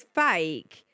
fake